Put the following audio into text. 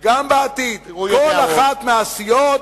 גם בעתיד כל אחת מהסיעות,